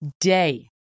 day